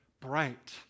bright